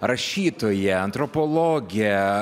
rašytoja antropologė